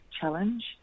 challenge